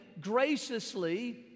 graciously